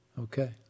Okay